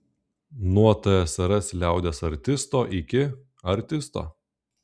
nuo tsrs liaudies artisto iki artisto